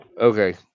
Okay